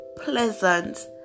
pleasant